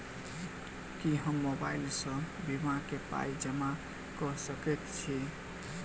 की हम मोबाइल सअ बीमा केँ पाई जमा कऽ सकैत छी?